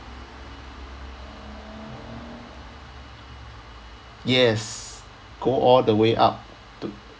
yes go all the way up to